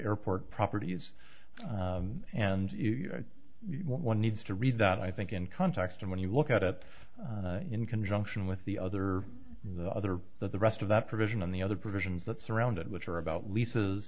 airport properties and one needs to read that i think in context and when you look at it in conjunction with the other the other that the rest of that provision on the other provisions that surround it which are about leases